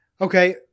okay